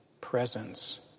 presence